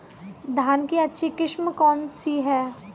धान की अच्छी किस्म कौन सी है?